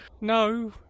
no